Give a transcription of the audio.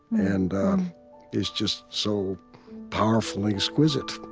and it's just so powerfully exquisite